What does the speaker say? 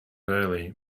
early